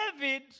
David